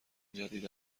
جدید